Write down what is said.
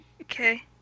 Okay